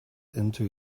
into